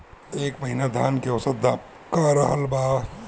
एह महीना धान के औसत दाम का रहल बा?